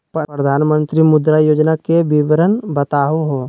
प्रधानमंत्री मुद्रा योजना के विवरण बताहु हो?